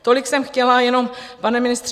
Tolik jsem chtěla jenom, pane ministře.